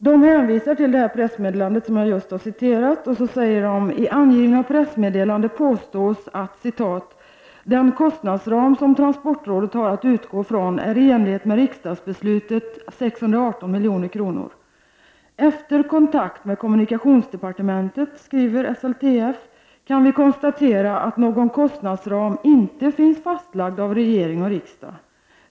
Man hänvisar till det pressmeddelande ur vilket jag just har citerat och säger: ”I angivna pressmeddelande påstås att den kostnadsram som transportrådet har att utgå från är i enlighet med riksdagsbeslutet 618 milj.kr. Efter kontakt med kommunikationsdepartementet kan vi konstatera att någon kostnadsram inte finns fastlagd av regering och riksdag.